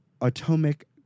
Atomic